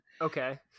okay